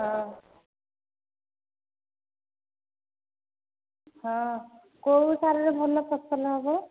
ହଁ ହଁ କେଉଁ ସାରରେ ଭଲ ଫସଲ ହେବ